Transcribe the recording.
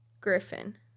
Griffin